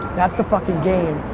that's the fucking game.